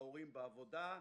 וההורים בעבודה,